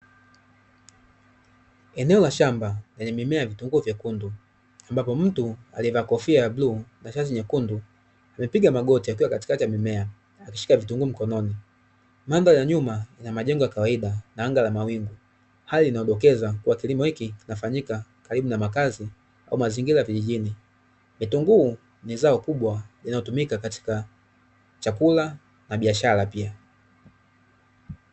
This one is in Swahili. Eneo la shamba lenye mimea ya vitunguu vyekundu ambapo mtu alievaa kofia ya bluu na vazi lekundu amepiga magoti akiwa katikati ya mimea ameshika vitunguu mkononi, mandhari ya nyuma ina majengo ya kawaida na anga la mawingu pale inadokeza kuwa kilimo hiki kinafanyika karibu na makazi na mazingira ya vijijini. vitunguu ni zao kubwa linalotumika katika chakula na biashara pia.